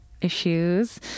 issues